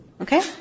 Okay